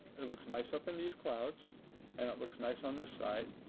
it looks nice up in these clouds and it looks nice on this side,